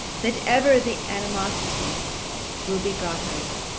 that ever the animosity will be got over